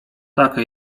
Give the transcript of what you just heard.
taka